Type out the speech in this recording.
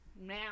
Now